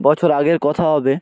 বছর আগের কথা হবে